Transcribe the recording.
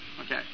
Okay